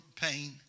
pain